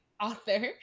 author